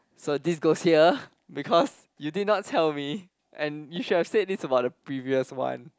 so this goes here because you did not tell me and you should have said this about the previous one